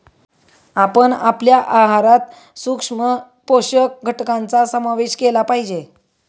आपण आपल्या आहारात सूक्ष्म पोषक घटकांचा समावेश केला पाहिजे